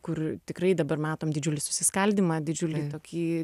kur tikrai dabar matom didžiulį susiskaldymą didžiulį tokį